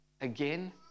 again